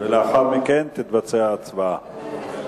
לאחר מכן תתבצע ההצבעה.